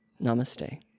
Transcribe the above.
Namaste